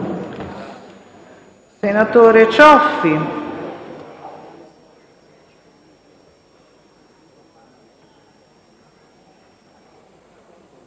senatore Cioffi.